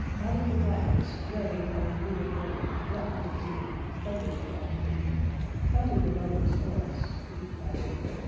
out of the blackness wave on livid wave leapt into being thundered to our feet counting the moments for us, beat by beat,